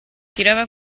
tirava